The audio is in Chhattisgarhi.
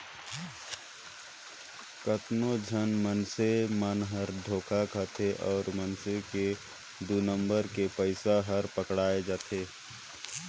कतनो झन मइनसे मन हर धोखा खाथे अउ मइनसे के दु नंबर के पइसा हर पकड़ाए जाथे